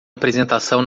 apresentação